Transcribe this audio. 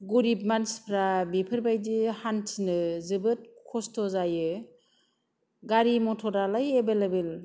गरिब मानसिफ्रा बेफोरबायदि हान्थिनो जोबोद खस्त' जायो गारि मथरालाय एभेइलेबल